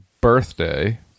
Birthday